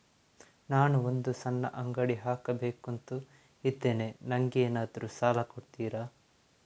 ನಾನು ಒಂದು ಸಣ್ಣ ಅಂಗಡಿ ಹಾಕಬೇಕುಂತ ಇದ್ದೇನೆ ನಂಗೇನಾದ್ರು ಸಾಲ ಕೊಡ್ತೀರಾ?